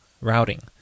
routing